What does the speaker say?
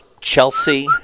Chelsea